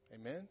Amen